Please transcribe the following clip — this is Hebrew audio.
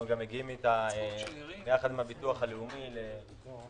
אנחנו גם מגיעים יחד עם הביטוח הלאומי לכנסת.